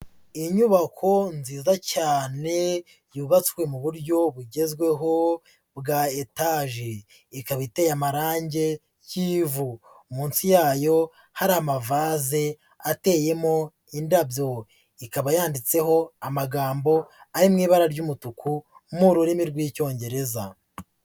Inyubako nziza cyane, yubatswe mu buryo bugezweho bwa etaje, ikaba iteye amarange y'ivu. Munsi yayo, hari amavaze ateyemo indabyo. Ikaba yanditseho amagambo ari mu ibara ry'umutuku, mu rurimi rw'Icyongereza.